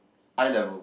eye level